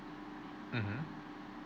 mmhmm